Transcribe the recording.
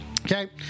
Okay